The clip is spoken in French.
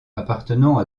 appartenant